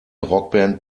rockband